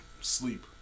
sleep